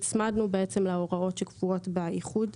נצמדנו להוראות שקבועות באיחוד.